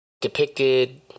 depicted